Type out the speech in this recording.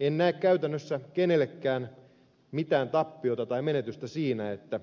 en näe käytännössä kenellekään mitään tappiota tai menetystä siinä että